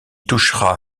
touchera